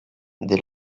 dès